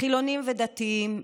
חילונים ודתיים,